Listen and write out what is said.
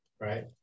right